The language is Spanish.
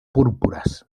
púrpuras